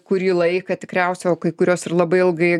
kurį laiką tikriausiai o kai kurios ir labai ilgai